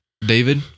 david